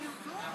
סבטלובה.